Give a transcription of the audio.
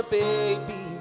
baby